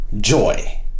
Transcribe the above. joy